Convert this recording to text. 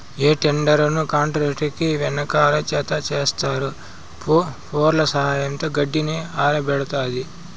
హే tedder ను tractor కి వెనకాల జతచేస్తారు, ఫోర్క్ల సహాయంతో గడ్డిని ఆరబెడతాది